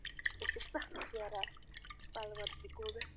مےٚ چھِ سکھ پھیران پلون تہِ گوٚو مےٚ